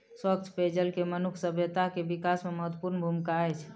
स्वच्छ पेयजल के मनुखक सभ्यता के विकास में महत्वपूर्ण भूमिका अछि